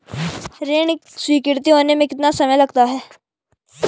ऋण स्वीकृति होने में कितना समय लगेगा?